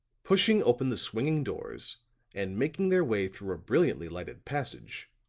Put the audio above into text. pushing open the swinging doors and making their way through a brilliantly lighted passage,